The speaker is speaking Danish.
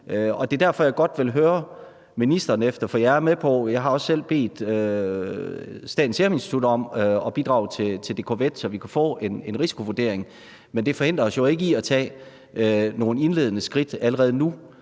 konsekvenserne også være tilstrækkelig meget større. Jeg har også selv bedt Statens Serum Institut om at bidrage til DK-VET, så vi kan få en risikovurdering, men det forhindrer os jo ikke i at tage nogle indledende skridt allerede nu